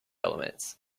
elements